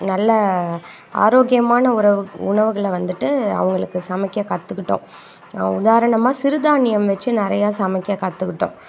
நல்லா ஆரோக்கியமான உணவு உணவுகளை வந்துட்டு அவங்களுக்கு சமைக்க கற்றுக்கிட்டோம் உதாரணமாக சிறுதானியம் வச்சு நிறைய சமைக்க கற்றுக்கிட்டோம்